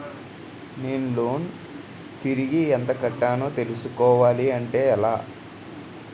నేను లోన్ తిరిగి ఎంత కట్టానో తెలుసుకోవాలి అంటే ఎలా?